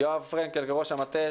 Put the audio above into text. יואב פרנקל וראש המטה,